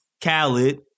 Khaled